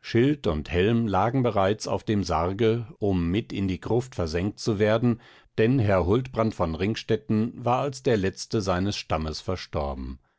schild und helm lagen bereits auf dem sarge um mit in die gruft versenkt zu werden denn herr huldbrand von ringstetten war als der letzte seines stammes verstorben